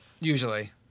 Usually